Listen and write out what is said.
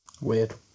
Weird